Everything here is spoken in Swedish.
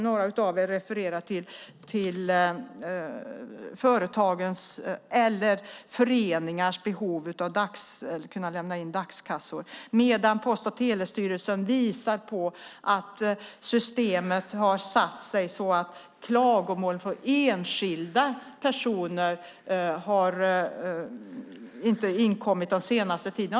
Några av er refererade till föreningars eller företags behov av att kunna lämna in dagskassor. Post och telestyrelsen visar på att systemet har satt sig så att klagomål från enskilda personer inte har inkommit under den senaste tiden.